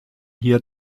hier